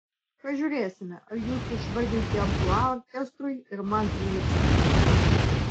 pažiūrėsime ar jūsų išvardinti amplua orkestrui ir man prilips